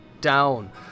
down